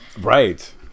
Right